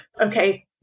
okay